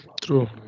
True